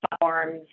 forms